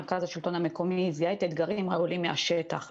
מרכז השלטון המקומית זיהה את האתגרים העולים מהשטח,